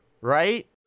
Right